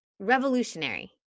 revolutionary